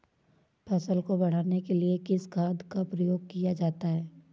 फसल को बढ़ाने के लिए किस खाद का प्रयोग किया जाता है?